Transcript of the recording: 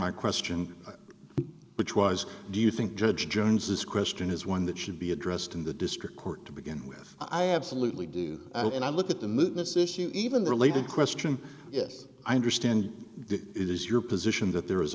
my question which was do you think judge jones this question is one that should be addressed in the district court to begin with i absolutely do and i look at the move this issue even related question yes i understand it is your position that there